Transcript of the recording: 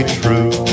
true